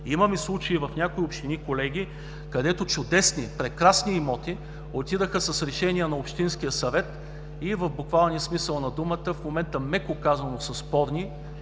Имаме случаи в някои общини, колеги, където чудесни, прекрасни имоти отидоха с решения на общинския съвет и в буквалния смисъл на думата в момента меко казано са спорни